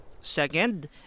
Second